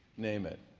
name it.